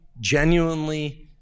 genuinely